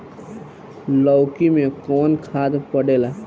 लौकी में कौन खाद पड़ेला?